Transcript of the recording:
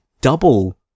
double